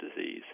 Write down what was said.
disease